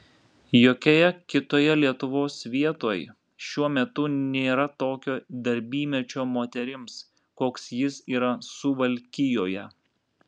jokioje kitoje lietuvos vietoj šiuo metu nėra tokio darbymečio moterims koks jis yra suvalkijoje